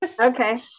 Okay